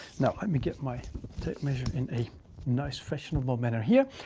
now let me get my tape measure in a nice fashionable manner here.